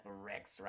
Rex